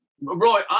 Roy